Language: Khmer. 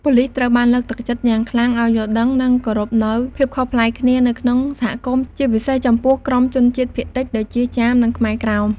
ប៉ូលិសត្រូវបានលើកទឹកចិត្តយ៉ាងខ្លាំងឲ្យយល់ដឹង និងគោរពនូវភាពខុសប្លែកគ្នា នៅក្នុងសហគមន៍ ជាពិសេសចំពោះក្រុមជនជាតិភាគតិចដូចជា ចាម និងខ្មែរក្រោម។